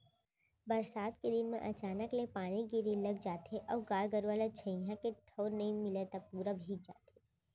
बरसात के दिन म अचानक ले पानी गिरे लग जाथे अउ गाय गरूआ ल छंइहाए के ठउर नइ मिलय त पूरा भींग जाथे